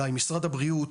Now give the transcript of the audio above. משרד הבריאות,